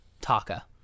Taka